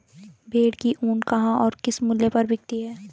भेड़ की ऊन कहाँ और किस मूल्य पर बिकती है?